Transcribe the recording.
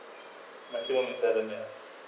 let's say if seven years